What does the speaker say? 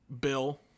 Bill